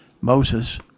Moses